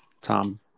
Tom